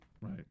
Right